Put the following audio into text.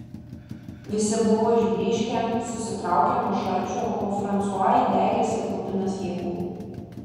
visi buvo išblyškę susitraukę nuo šalčio o fransua įdegęs ir kupinas jėgų